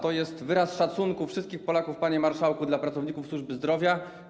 To jest wyraz szacunku wszystkich Polaków, panie marszałku, dla pracowników służby zdrowia.